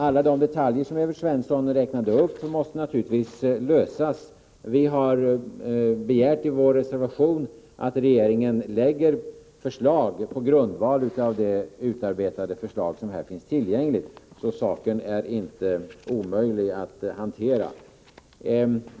Alla de detaljproblem som Evert Svensson räknade upp måste naturligtvis lösas. Vi har i vår reservation begärt att regeringen skall lägga fram förslag på grundval av det utarbetade förslag som här finns tillgängligt. Saken är alltså inte omöjlig att hantera.